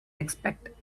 expect